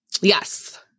yes